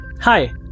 Hi